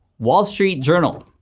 wall street journal.